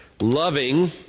loving